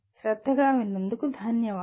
శ్రద్ధగా విన్నందుకు ధన్యవాదాలు